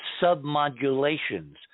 submodulations